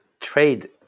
trade